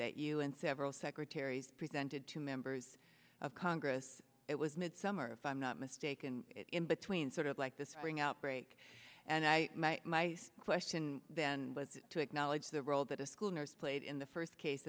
that you and several secretaries presented to members of congress it was mid summer if i'm not mistaken in between sort of like this ring outbreak and i my my question then was to acknowledge the role that a school nurse played in the first case